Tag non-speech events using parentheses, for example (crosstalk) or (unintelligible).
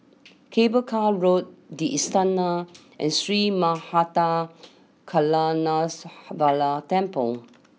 Cable Car Road the Istana and Sri (unintelligible) Temple